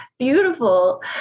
Beautiful